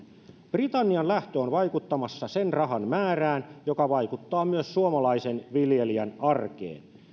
britannian lähtö on vaikuttamassa sen rahan määrään joka vaikuttaa myös suomalaisen viljelijän arkeen